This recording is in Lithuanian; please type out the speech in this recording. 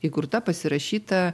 įkurta pasirašyta